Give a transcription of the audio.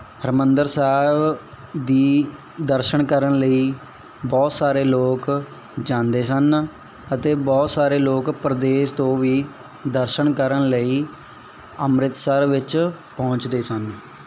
ਹਰਿਮੰਦਰ ਸਾਹਿਬ ਦੇ ਦਰਸ਼ਨ ਕਰਨ ਲਈ ਬਹੁਤ ਸਾਰੇ ਲੋਕ ਜਾਂਦੇ ਸਨ ਅਤੇ ਬਹੁਤ ਸਾਰੇ ਲੋਕ ਪ੍ਰਦੇਸ ਤੋਂ ਵੀ ਦਰਸ਼ਨ ਕਰਨ ਲਈ ਅੰਮ੍ਰਿਤਸਰ ਵਿੱਚ ਪਹੁੰਚਦੇ ਸਨ